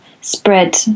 spread